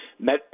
met